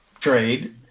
trade